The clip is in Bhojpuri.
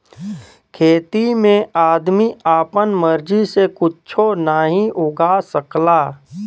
खेती में आदमी आपन मर्जी से कुच्छो नाहीं उगा सकला